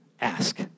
Ask